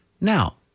Now